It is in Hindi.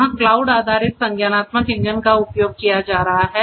यहां क्लाउड आधारित संज्ञानात्मक इंजन का उपयोग किया जा रहा है